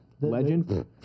legend